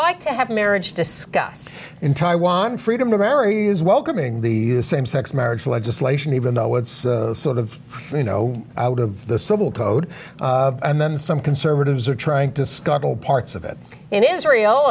like to have marriage discuss in taiwan freedom to marry is welcoming the same sex marriage legislation even though it's sort of you know out of the civil code and then some conservatives are trying to scuttle parts of it in israel